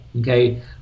okay